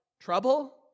trouble